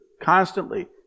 constantly